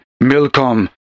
Milcom